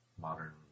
modern